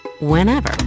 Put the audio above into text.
whenever